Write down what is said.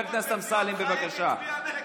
חבר הכנסת אמסלם, בבקשה.